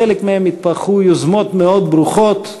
בחלק מהם התפתחו יוזמות מאוד ברוכות,